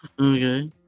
Okay